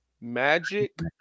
magic